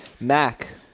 Mac